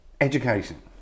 education